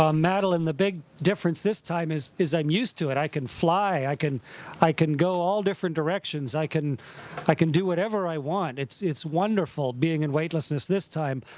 um madeleine, the big difference this time is is i'm used to it. i can fly. i can i can go all different directions. i can i can do whatever i want. it's it's wonderful being in weightlessness this time.